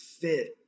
fit